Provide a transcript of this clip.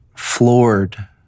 floored